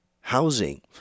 housing